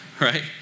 Right